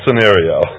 scenario